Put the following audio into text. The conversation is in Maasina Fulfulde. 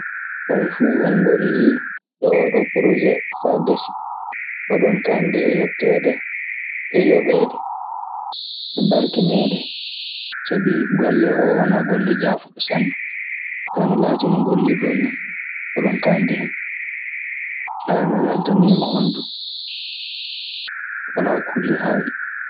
"On fuu, on ngolli e ooɗoo porosee faa gasi. Oɗon kaandi e yetteede e yoɓeedem e barkineede. Sabi golle oo wanaa golle jaafuɗo sanne, kaa no laati no ngollirɗon nii, oɗon kaandi hen". Aya mi weltaniima on du alaa kulli haali.